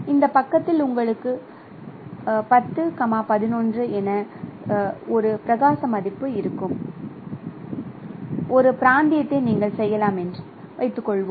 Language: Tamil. இந்த பக்கத்தில் உங்களுக்கு I0 I1 என ஒரு பிரகாச மதிப்பு இருக்கும் ஒரு பிராந்தியத்தை நீங்கள் செய்யலாம் என்று வைத்துக்கொள்வோம்